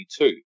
1992